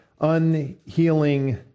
unhealing